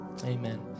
Amen